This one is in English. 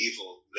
evil